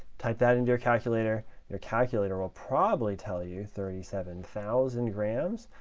type that into your calculator. your calculator will probably tell you thirty seven thousand grams.